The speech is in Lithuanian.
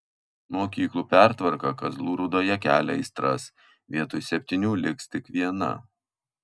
mokyklų pertvarka kazlų rūdoje kelia aistras vietoj septynių liks tik viena